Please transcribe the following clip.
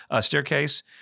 staircase